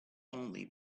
only